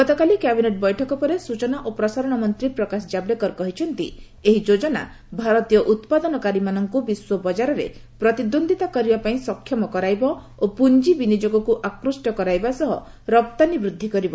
ଗତକାଲି କ୍ୟାବିନେଟ୍ ବୈଠକ ପରେ ସୂଚନା ଓ ପ୍ରସାରଣ ମନ୍ତ୍ରୀ ପ୍ରକାଶ ଜାଭଡେକର କହିଛନ୍ତି ଏହି ଯୋଜନା ଭାରତୀୟ ଉତ୍ପାଦନକାରୀ ମାନଙ୍କୁ ବିଶ୍ୱ ବଜାରରେ ପ୍ରତିଦ୍ୱନ୍ଦ୍ୱିତା କରିବା ପାଇଁ ସକ୍ଷମ କରାଇବ ଏବଂ ପୁଞ୍ଜବିନିଯୋଗକୁ ଆକ୍ରୁଷ୍ଟ କରାଇବା ସହ ରପ୍ତାନୀ ବୃଦ୍ଧି କରିବ